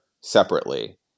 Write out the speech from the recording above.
separately